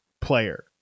player